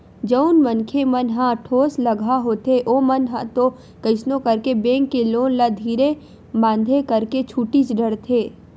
जउन मनखे मन ह ठोसलगहा होथे ओमन ह तो कइसनो करके बेंक के लोन ल धीरे बांधे करके छूटीच डरथे